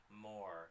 more